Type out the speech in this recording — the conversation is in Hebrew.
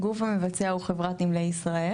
הגוף המבצע הוא חברת נמלי ישראל,